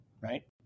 right